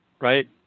right